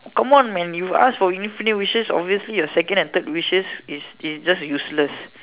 come on man you ask for infinity wishes obviously your second and third wishes is is just useless